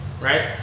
right